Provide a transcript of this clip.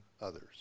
others